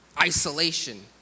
isolation